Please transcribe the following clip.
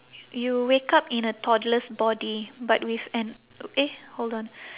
you wake up in a toddler's body but with an eh hold on